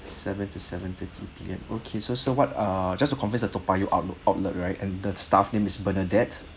seven to seven-thirty P_M okay so so what ah just to confirm is the Toa Payoh outlet outlet right and the staff name is bernadette